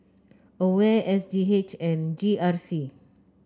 Aware S G H and G R C